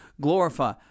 glorify